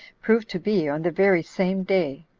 proved to be on the very same day.